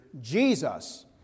Jesus